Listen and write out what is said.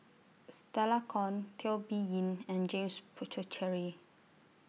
Stella Kon Teo Bee Yen and James Puthucheary